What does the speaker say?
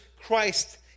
Christ